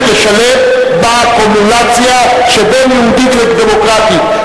לשלם בקומולציה שבין יהודית ודמוקרטית,